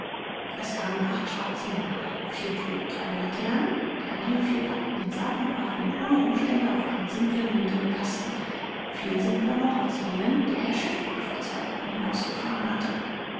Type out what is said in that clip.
es kamen acht schwarze männer vier trugen kleine laternen die anderen vier packten den sarg und warfen ihn ohne umstände auf einen simpeln niederen karren viel simpler noch als jenen der herrn schefbeck vor zwei wochen hinausgefahren hatte